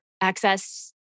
access